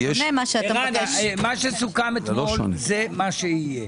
ערן, מה שסוכם אתמול זה מה שיהיה.